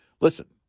listen